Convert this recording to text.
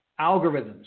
algorithms